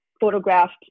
photographed